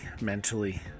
mentally